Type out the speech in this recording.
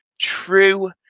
true